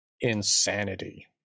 insanity